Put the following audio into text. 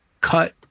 cut